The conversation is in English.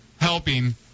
helping